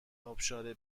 ابشار